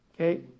okay